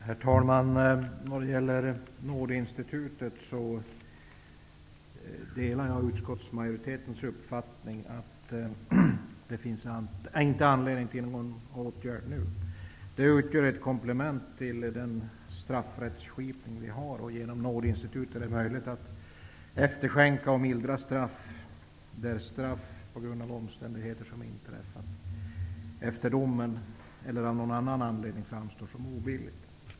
Herr talman! Jag delar utskottsmajoritetens uppfattning att det nu inte finns anledning att vidta någon åtgärd vad gäller frågan om nådeinstitutet. Det utgör ett komplement till den straffrättsskipning vi har. Genom nådeinstitutet är det möjligt att efterskänka och mildra straff som på grund av omständigheter som har inträffat efter domen eller av någon annan anledning framstår som obilligt.